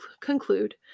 conclude